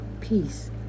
Peace